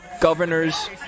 governor's